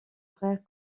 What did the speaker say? frère